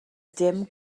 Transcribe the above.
dim